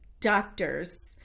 doctor's